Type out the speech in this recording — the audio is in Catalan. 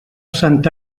santa